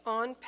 on